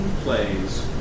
plays